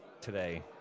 today